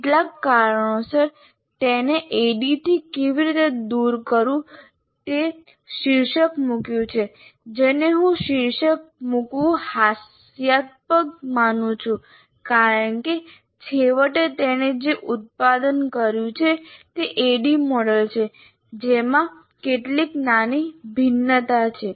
કેટલાક કારણોસર તેણે ADDIE થી કેવી રીતે દૂર રહેવું તે શીર્ષક મૂક્યું છે જેને હું શીર્ષક મૂકવું હાસ્યાસ્પદ માનું છું કારણ કે છેવટે તેણે જે ઉત્પાદન કર્યું તે ADDIE મોડેલ છે જેમાં કેટલીક નાની ભિન્નતા છે